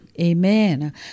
Amen